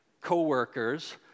coworkers